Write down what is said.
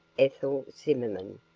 ethel zimmerman,